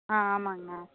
ஆ ஆமாங்கண்ணா